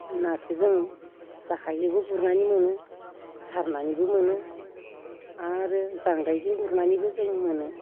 नाखौ जों जेखायजोंबो गुरनानै मोनो सारनानैबो मोनो आरो जेंगायजों गुरनानैबो जों मोनो